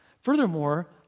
Furthermore